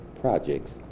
projects